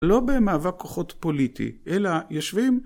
לא במאבק כוחות פוליטי, אלא יושבים